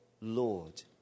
Lord